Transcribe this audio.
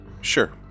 Sure